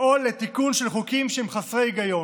לפעול לתיקון של חוקים שהם חסרי היגיון.